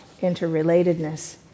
interrelatedness